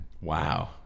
Wow